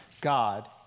God